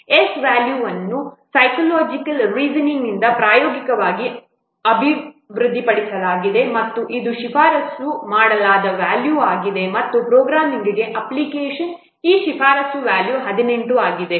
S ನ ವ್ಯಾಲ್ಯೂವನ್ನು ಸೈಕೋಲಾಜಿಕಲ್ನಿಂದ ಪ್ರಾಯೋಗಿಕವಾಗಿ ಅಭಿವೃದ್ಧಿಪಡಿಸಲಾಗಿದೆ ಮತ್ತು ಇದು ಶಿಫಾರಸು ಮಾಡಲಾದ ವ್ಯಾಲ್ಯೂ ಆಗಿದೆ ಮತ್ತು ಪ್ರೋಗ್ರಾಮಿಂಗ್ ಅಪ್ಲಿಕೇಶನ್ಗೆ ಈ ಶಿಫಾರಸು ವ್ಯಾಲ್ಯೂ 18 ಆಗಿದೆ